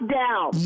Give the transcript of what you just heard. down